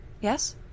Yes